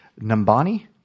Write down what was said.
Nambani